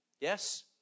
Yes